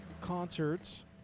concerts